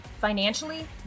financially